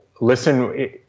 listen